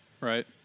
Right